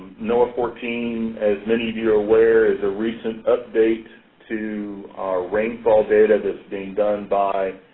noaa fourteen, as many of you are aware, is a recent update to our rainfall data that's being done by